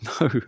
No